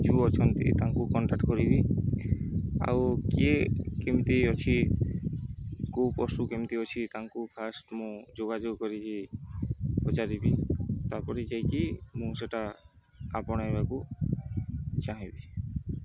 ଯୋଉ ଅଛନ୍ତି ତାଙ୍କୁ କଣ୍ଟାକ୍ଟ କରିବି ଆଉ କିଏ କେମିତି ଅଛି କୋଉ ପଶୁ କେମିତି ଅଛି ତାଙ୍କୁ ଫାଷ୍ଟ ମୁଁ ଯୋଗାଯୋଗ କରିକି ପଚାରିବି ତାପରେ ଯାଇକି ମୁଁ ସେଟା ଆପଣେଇବାକୁ ଚାହିଁବି